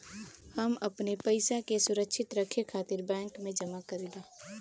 हम अपने पइसा के सुरक्षित रखे खातिर बैंक में जमा करीला